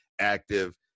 active